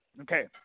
Okay